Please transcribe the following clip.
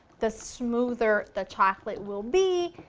the smoother the chocolate will be.